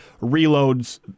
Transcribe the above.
reloads